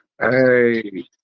Hey